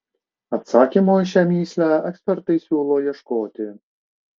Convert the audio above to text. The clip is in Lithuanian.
atsakymo į šią mįslę ekspertai siūlo ieškoti